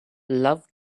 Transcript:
love